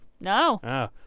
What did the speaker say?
No